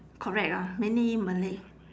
correct lah mainly malay